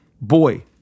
boy